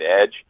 edge